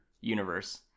universe